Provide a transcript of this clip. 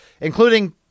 including